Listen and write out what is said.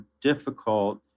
difficult